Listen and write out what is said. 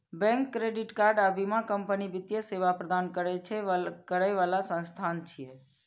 bank, credit card आ बीमा company वित्तीय सेवा प्रदान करै बला संस्थान छियै